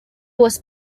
was